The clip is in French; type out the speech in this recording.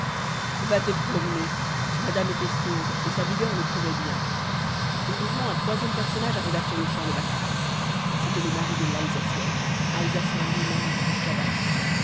va te promener madame était sourde et sa vigueur le prouvait bien heureusement un troisième personnage arriva sur le champ de bataille c'était le mari de l'alsacienne alsacien lui-même et cabaretier